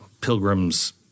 pilgrims